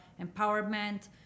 empowerment